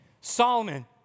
Solomon